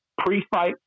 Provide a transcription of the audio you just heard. pre-fight